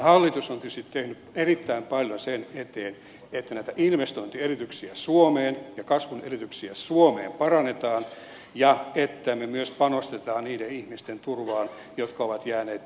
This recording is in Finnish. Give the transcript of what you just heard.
hallitus on tietysti tehnyt erittäin paljon sen eteen että näitä investointiedellytyksiä suomeen ja kasvun edellytyksiä suomeen parannetaan ja että me myös panostamme niiden ihmisten turvaan jotka ovat jääneet työttömiksi